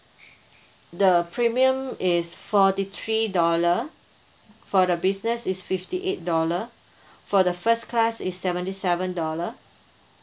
the premium is forty three dollar for the business is fifty eight dollar for the first class is seventy seven dollar